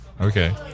Okay